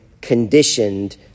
conditioned